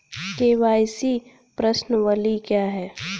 KYC प्रश्नावली क्या है?